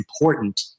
important